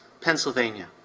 Pennsylvania